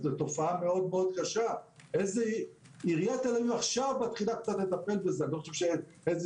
האקלים הוא האיום הבריאותי הגדול ביותר בעולם,